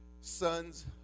sons